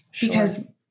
because-